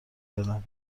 بدم